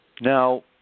Now